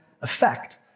effect